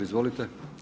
Izvolite.